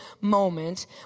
moment